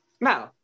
No